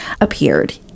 appeared